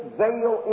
veil